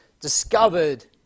discovered